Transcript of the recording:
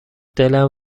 دلم